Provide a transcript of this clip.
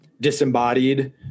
disembodied